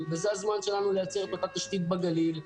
וזה הזמן שלנו לייצר את התשתית בגליל.